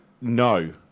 No